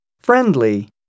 friendly